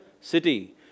city